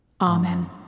Amen